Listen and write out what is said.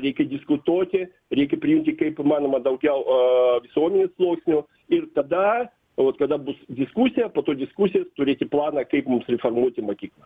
reikia diskutuoti reikia priimti kaip įmanoma daugiau o visuomenės sluoksnių ir tada o vat kada bus diskusija po to diskusijos turėti planą kaip mums reformuluoti mokyklą